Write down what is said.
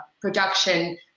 production